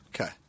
Okay